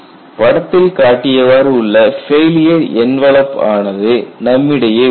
படத்தில் காட்டியவாறு உள்ள ஃபெயிலியர் என்வலப் ஆனது நம்மிடையே உள்ளது